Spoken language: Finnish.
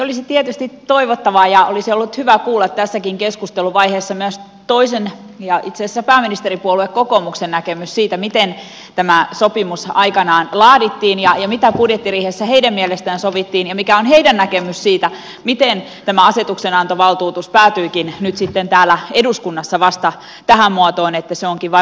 olisi tietysti toivottavaa ja olisi ollut hyvä kuulla tässäkin keskusteluvaiheessa myös toisen puolueen ja itse asiassa pääministeripuolue kokoomuksen näkemys siitä miten tämä sopimus aikanaan laadittiin ja mitä budjettiriihessä heidän mielestään sovittiin ja mikä on heidän näkemyksensä siitä miten tämä asetuksenantovaltuus päätyikin nyt sitten täällä eduskunnassa vasta tähän muotoon että se onkin vain valiokunnan lausuma